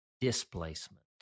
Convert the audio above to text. displacement